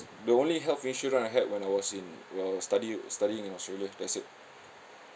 the only health insurance I had when I was in when I was study studying in australia that's it